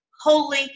holy